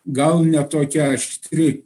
gal ne tokia aštri